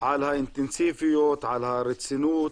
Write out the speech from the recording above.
על האינטנסיביות, על הרצינות,